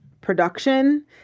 production